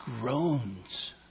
groans